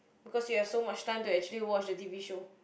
cause you have so much time to actually watch the t_v show